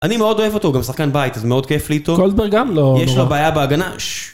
אני מאוד אוהב אותו, הוא גם שחקן בית, אז זה מאוד כיף לי איתו. קולדברג גם לא... יש לו בעיה בהגנה, ששששששששששששששששששששששששששששש